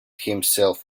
himself